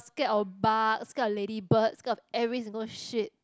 scared of bug scared of ladybird scared of every single shit